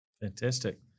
Fantastic